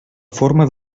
forma